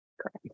correct